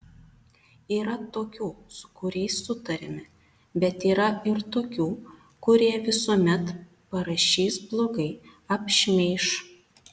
yra tokių su kuriais sutariame bet yra ir tokių kurie visuomet parašys blogai apšmeiš